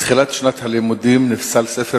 בתחילת שנת הלימודים הנוכחית נפסל ספר